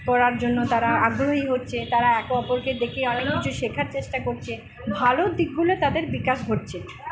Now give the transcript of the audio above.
করার জন্য তারা আগ্রহী হচ্ছে তারা একে অপরকে দেখে আরও কিছু শেখার চেষ্টা করছে ভালো দিকগুলো তাদের বিকাশ ঘটছে